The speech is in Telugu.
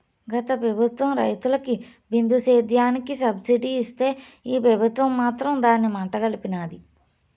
గత పెబుత్వం రైతులకి బిందు సేద్యానికి సబ్సిడీ ఇస్తే ఈ పెబుత్వం మాత్రం దాన్ని మంట గల్పినాది